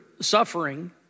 suffering